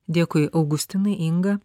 dėkui augustinai inga